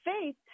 faith